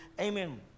Amen